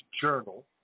journal